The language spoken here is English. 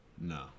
no